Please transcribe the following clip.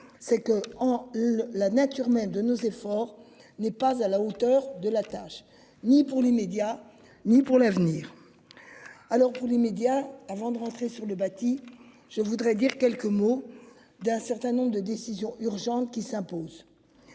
c'est que, en la nature même de nos efforts n'est pas à la hauteur de la tâche, ni pour les médias ni pour l'avenir. Alors que les médias avant de rentrer sur le bâti. Je voudrais dire quelques mots d'un certain nombre de décisions urgentes qui s'imposent.